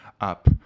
up